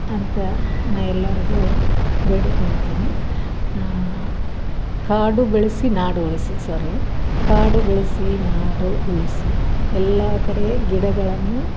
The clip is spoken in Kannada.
ಅಂತ ನಾ ಎಲ್ಲಾರಿಗು ಬೇಡಿ ಕೊಳ್ಳುತ್ತೀನಿ ಕಾಡು ಬೆಳೆಸಿ ನಾಡು ಉಳಿಸಿ ಸ್ವಾರಿ ಕಾಡು ಬೆಳೆಸಿ ನಾಡು ಉಳಿಸಿ ಎಲ್ಲಾ ಕಡೆ ಗಿಡಗಳನ್ನು